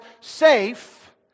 safe